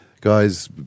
guys